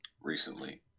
recently